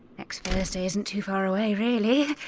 next thursday isn't too far away, really